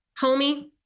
homie